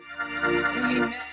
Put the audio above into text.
Amen